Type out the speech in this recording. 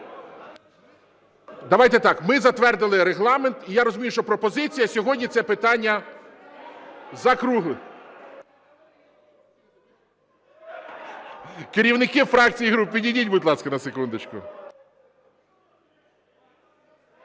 Давайте так, ми затвердили регламент, і я розумію, що пропозиція сьогодні це питання закруглити. Керівники фракцій і груп, підійдіть, будь ласка, на секундочку.